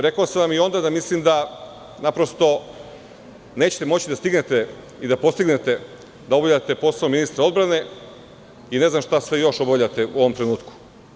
Rekao sam vam i onda da mislim da nećete moći da stignete i da postignete da obavljate posao ministra odbrane i ne znam šta sve još obavljate u ovom trenutku.